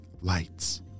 lights